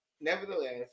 nevertheless